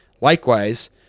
likewise